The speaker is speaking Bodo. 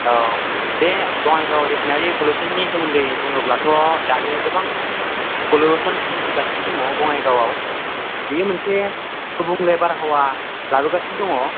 औ बे बङाइगाव रिफायनारि पलिउसननि सोमोन्दै बुङोब्लाथ' दायो गोबां पलिउसन सोमजिगासिनो दङ बङाइगावआव बेयो मोनसे गुबुंले बारहावा लाबोगासिनो दङ